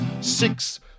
Six